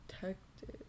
detective